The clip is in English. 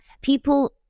people